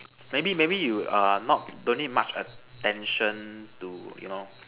maybe maybe you err not don't need much attention to you know